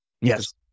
yes